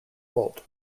old